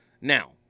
Now